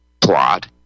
plot